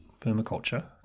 permaculture